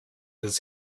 his